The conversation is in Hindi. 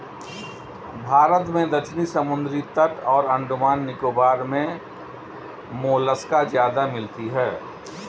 भारत में दक्षिणी समुद्री तट और अंडमान निकोबार मे मोलस्का ज्यादा मिलती है